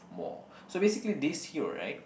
more so basically this hero right